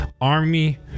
Army